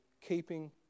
keeping